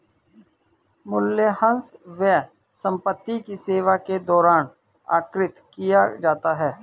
मूल्यह्रास व्यय संपत्ति की सेवा के दौरान आकृति किया जाता है